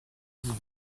vivant